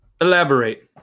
Elaborate